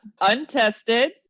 untested